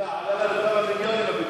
לא להפריע.